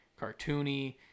cartoony